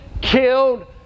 killed